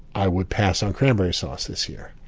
i would pass on cranberry sauce this year.